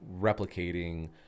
replicating